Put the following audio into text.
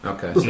Okay